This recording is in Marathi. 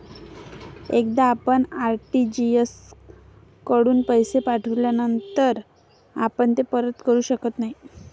एकदा आपण आर.टी.जी.एस कडून पैसे पाठविल्यानंतर आपण ते परत करू शकत नाही